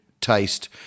taste